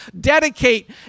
dedicate